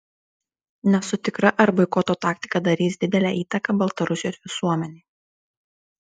nesu tikra ar boikoto taktika darys didelę įtaką baltarusijos visuomenei